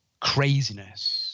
craziness